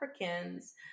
Africans